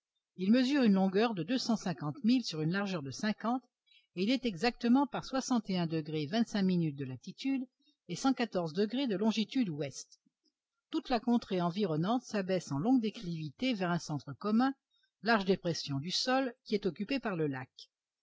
il mesure une longueur de deux cent cinquante milles sur une largeur de cinquante et il est exactement par de latitude et de longitude ouest toute la contrée environnante s'abaisse en longues déclivités vers un centre commun large dépression du sol qui est occupée par le lac